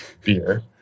beer